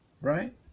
Right